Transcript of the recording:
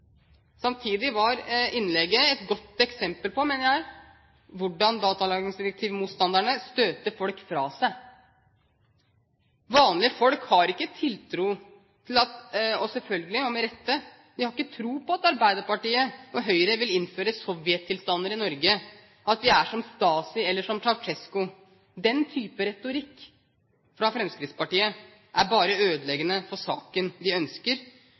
Samtidig var det ene innlegget et godt eksempel på, mener jeg, hvordan datalagringsdirektivmotstanderne støter folk fra seg. Vanlige folk har ikke tiltro til – og selvfølgelig, med rette, har de ikke tro på – at Arbeiderpartiet og Høyre vil innføre Sovjet-tilstander i Norge, og at de er som Stasi eller som Ceausescu. Den type retorikk fra Fremskrittspartiet er bare ødeleggende for saken de ønsker,